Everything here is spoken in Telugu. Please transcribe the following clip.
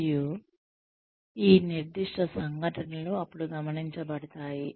మరియు ఈ నిర్దిష్ట సంఘటనలు అప్పుడు గమనించబడతాయి